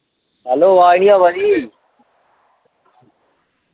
hello अवाज निं आवा दी